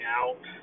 out